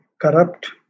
corrupt